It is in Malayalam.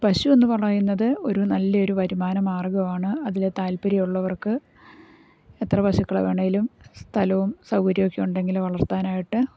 പശു എന്ന് പറയുന്നത് ഒരു നല്ലൊരു വരുമാനമാർഗ്ഗമാണ് അതിൽ താത്പര്യമുള്ളവർക്ക് എത്ര പശുക്കളെ വേണമെങ്കിലും സ്ഥലവും സൗകര്യമൊക്കെ ഉണ്ടെങ്കിൽ വളർത്താനായിട്ട്